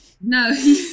no